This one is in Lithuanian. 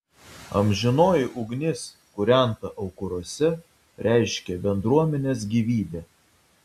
amžinoji ugnis kūrenta aukuruose reiškė bendruomenės gyvybę